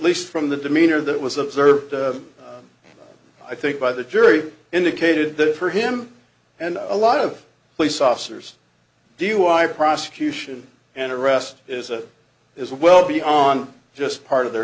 least from the demeanor that was observed i think by the jury indicated that for him and a lot of police officers do i prosecution and arrest is a is well beyond just part of their